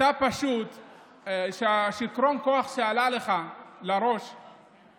פשוט שיכרון הכוח עלה לך לראש,